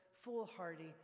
foolhardy